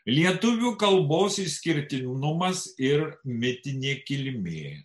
lietuvių kalbos išskirtinumas ir mitinė kilmė